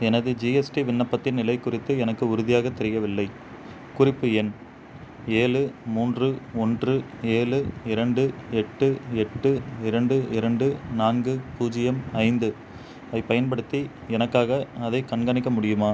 எனது ஜிஎஸ்டி விண்ணப்பத்தின் நிலை குறித்து எனக்கு உறுதியாக தெரியவில்லை குறிப்பு எண் ஏழு மூன்று ஒன்று ஏழு இரண்டு எட்டு எட்டு இரண்டு இரண்டு நான்கு பூஜ்ஜியம் ஐந்து ஐப் பயன்படுத்தி எனக்காக அதைக் கண்காணிக்க முடியுமா